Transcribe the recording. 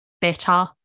better